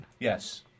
Yes